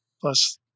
plus